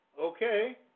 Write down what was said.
Okay